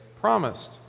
promised